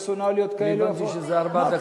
אני הבנתי שזה ארבע דקות.